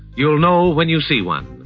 you'll know when you see one.